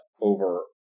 over